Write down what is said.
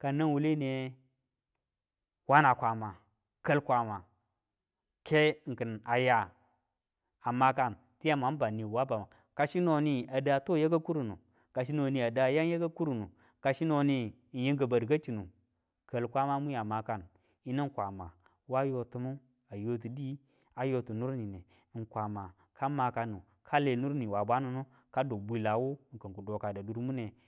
ka nang wwule niye wana kwama, kal kwama ke ng kin aya a makan tiyangu mwan bau ni wa banbe. Kasino ni a da to ya ka kurnu, kasi no ni a da tang ya ka kurnu kasino ni ng yim ki badu ka chinu kal kwama mwi a makan, yinu kwama wa yi timu a yoti di a yotu nurnine ng kwama ka makanu kale nur niwa bwane ka du bwilawu ng kin ki dokadu a durmune.